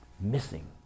missing